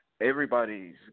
everybody's